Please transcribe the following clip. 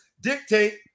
dictate